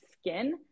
skin